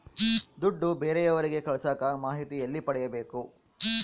ದುಡ್ಡು ಬೇರೆಯವರಿಗೆ ಕಳಸಾಕ ಮಾಹಿತಿ ಎಲ್ಲಿ ಪಡೆಯಬೇಕು?